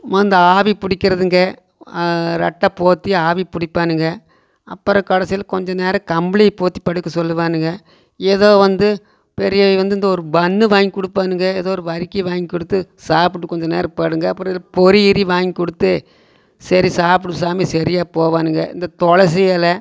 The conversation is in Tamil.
வந்து ஆவிப்பிடிக்கிறதுங்க ரெட்டைப்போத்தி ஆவி பிடிப்பானுங்க அப்புறம் கடைசியில கொஞ்ச நேரம் கம்பளீ போத்தி படுக்க சொல்லுவானுங்க எதோ வந்து பெரியவன் வந்து இந்த ஒரு பன் வாங்கி கொடுப்பானுங்க எதோ வருக்கி வாங்கி கொடுத்து சாப்பிட்டு கொஞ்ச நேரம் படுங்க அப்புறம் இந்த பொறி கிறி வாங்கி கொடுத்து சரி சாப்பிடு சாமி சரியாக போவானுங்க இந்த துளசி இல